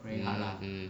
mm mm